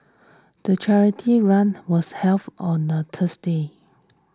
the charity run was held on a Tuesday